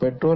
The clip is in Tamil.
பெட்ரோல்